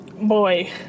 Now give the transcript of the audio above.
boy